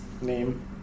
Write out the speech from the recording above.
name